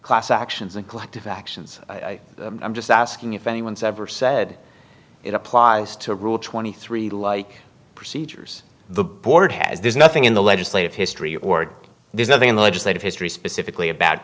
class actions and collective actions i'm just asking if anyone's ever said it applies to rule twenty three like procedures the board has there's nothing in the legislative history or there's nothing in the legislative history specifically about